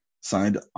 signed